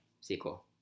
sequel